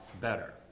better